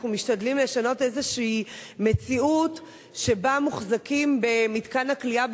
אנחנו משתדלים לשנות איזושהי מציאות שבה מוחזקים במתקן הכליאה